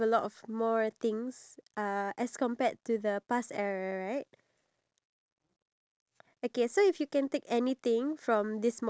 it's a normal wear and if you were to wear it now then people will think like oh you were just from a wedding or a party (uh huh)